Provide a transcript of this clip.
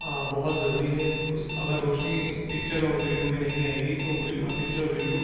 بہت ضروری ہے اس اگر روشنی پکچر اور ویڈیو میں نہیں آئے گی تو پکچر ویڈیو